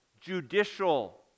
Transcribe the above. judicial